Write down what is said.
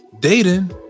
Dating